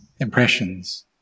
impressions